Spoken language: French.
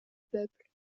peuple